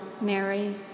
Mary